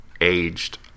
aged